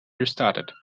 restarted